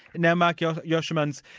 now marc yeah josemans,